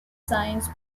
science